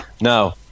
no